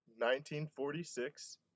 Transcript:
1946